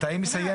מתי היא מסיימת,